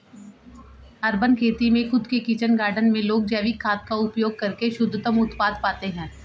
urban खेती में खुद के किचन गार्डन में लोग जैविक खाद का उपयोग करके शुद्धतम उत्पाद पाते हैं